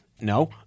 No